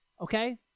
Okay